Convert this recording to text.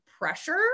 pressure